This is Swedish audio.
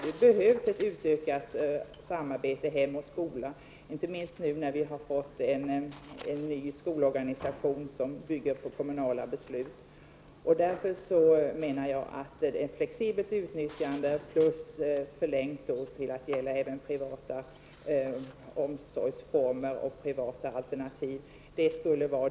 Det behövs ett utökat samarbete mellan hem och skola, inte minst nu när vi har fått en ny skolorganisation som bygger på kommunala beslut. Jag skulle vilja se ett flexibelt utnyttjande, som även skall gälla privata omsorgsformer och privata alternativ av kontaktdagarna.